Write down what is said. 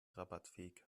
rabattfähig